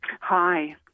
Hi